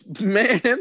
man